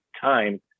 time